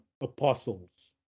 apostles